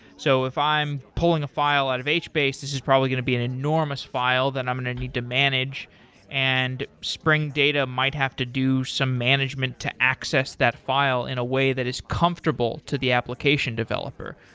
so if i'm pulling a file out of hbase, this is probably going to be an enormous file that i'm going to need to manage and spring data might have to do some management to access that file in a way that is comfortable to the application developer.